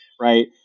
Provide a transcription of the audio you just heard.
right